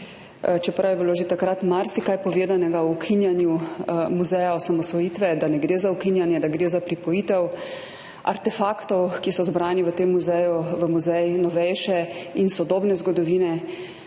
čeprav je bilo že takrat marsikaj povedanega o ukinjanju Muzeja slovenske osamosvojitve, da ne gre za ukinjanje, da gre za pripojitev artefaktov, ki so zbrani v tem muzeju, v Muzej novejše in sodobne zgodovine.